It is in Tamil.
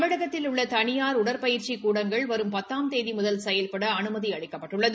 தமிழகத்தில் உள்ள தனியார் உடற்பயிற்சி கூடங்கள் வரும் பத்தாம் தேதி முதல் செயல்பட அனுமதி அளிக்கப்பட்டுள்ளது